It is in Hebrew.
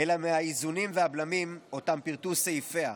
אלא מהאיזונים והבלמים שפירטו סעיפיה.